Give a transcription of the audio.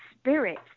spirit